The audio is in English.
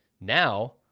now